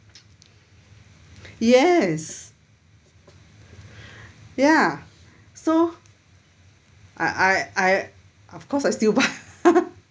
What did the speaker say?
yes ya so I I of course I still buy